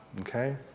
okay